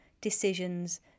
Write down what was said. decisions